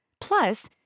Plus